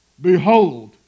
behold